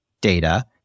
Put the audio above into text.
Data